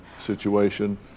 situation